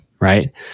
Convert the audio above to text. right